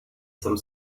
some